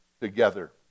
together